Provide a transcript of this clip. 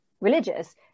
religious